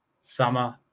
summer